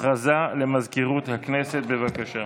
הודעה למזכירות הכנסת, בבקשה.